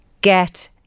get